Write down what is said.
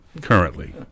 currently